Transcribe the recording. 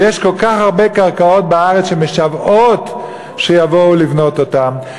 ויש כל כך הרבה קרקעות בארץ שמשוועות שיבואו לבנות אותן,